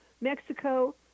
Mexico